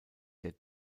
der